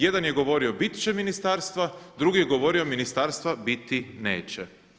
Jedan je govorio bit će ministarstva, drugi je govorio ministarstva biti neće.